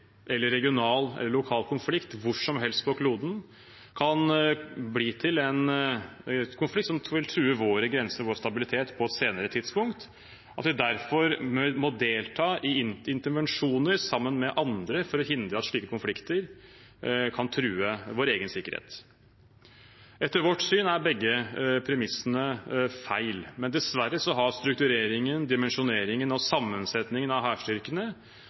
eller regional, lokal konflikt hvor som helst på kloden kan bli til en konflikt som vil true våre grenser og vår stabilitet på et senere tidspunkt, og at vi derfor må delta i intervensjoner sammen med andre for å hindre at slike konflikter kan true vår egen sikkerhet. Etter vårt syn er begge premissene feil, men dessverre har struktureringen, dimensjoneringen og sammensetningen av hærstyrkene